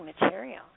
material